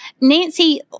Nancy